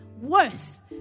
Worse